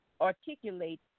articulate